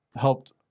helped